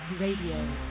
Radio